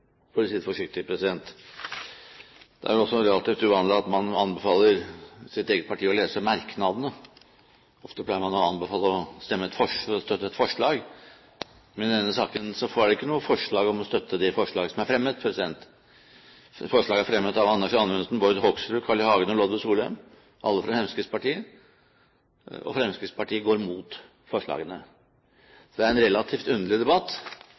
det forsiktig. Det er også relativt uvanlig at man anbefaler sitt eget parti å lese merknadene. Ofte pleier man å anbefale å støtte et forslag, men i denne saken er det ikke noe forslag om å støtte det forslag som er fremmet. Forslaget er fremmet av Anders Anundsen, Bård Hoksrud, Carl I. Hagen og Lodve Solholm, alle fra Fremskrittspartiet, og Fremskrittspartiet går imot forslagene. Det er en relativt underlig debatt,